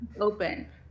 open